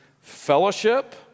fellowship